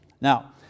Now